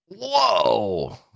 Whoa